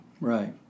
Right